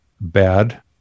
bad